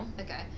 Okay